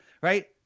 right